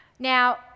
Now